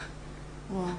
וואו.